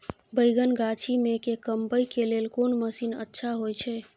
बैंगन गाछी में के कमबै के लेल कोन मसीन अच्छा होय छै?